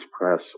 press